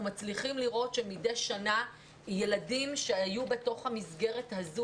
אנחנו מצליחים לראות שמדי שנה ילדים שהיו בתוך המסגרת הזו,